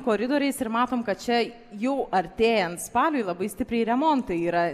koridoriais ir matom kad čia jau artėjant spaliui labai stipriai remontai yra